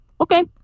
Okay